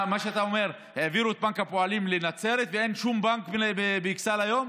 שאתה אומר שהעבירו את בנק הפועלים לנצרת ואין שום בנק באכסאל היום?